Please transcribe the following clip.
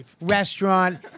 restaurant